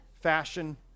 fashion